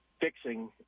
fixing